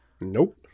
Nope